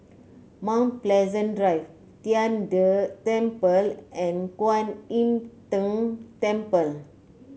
Mount Pleasant Drive Tian De Temple and Kwan Im Tng Temple